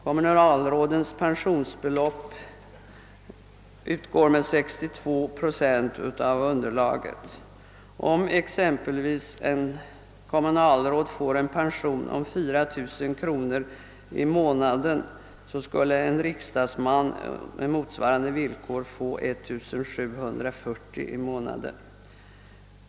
Kommunalrådens pensionsbelopp utgår med 62 procent av underlaget. Om exempelvis ett kommunalråd får en pension om 4 000 kronor i månaden, skulle en riksdagsman med motsvarande villkor få 1740 kronor i månaden.